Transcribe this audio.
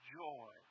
joy